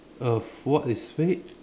a what is fate